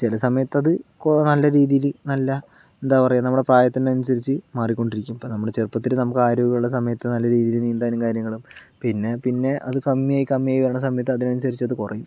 ചില സമയത്തത് കോ നല്ല രീതില് നല്ല എന്താ പറയുക നമ്മുടെ പ്രായത്തിനനുസരിച്ച് മാറിക്കൊണ്ടിരിക്കും ഇപ്പം നമ്മള് ചെറുപ്പത്തില് നമുക്ക് ആരോഗ്യമുള്ള സമയത്ത് നല്ല രീതിയില് നീന്താനും കാര്യങ്ങളും പിന്നെ പിന്നെ അത് കമ്മിയായി കമ്മിയായി വരണ സമയത്ത് അതിനനുസരിച്ച് അത് കുറയും